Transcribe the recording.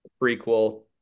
prequel